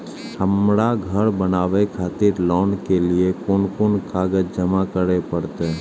हमरा घर बनावे खातिर लोन के लिए कोन कौन कागज जमा करे परते?